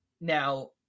Now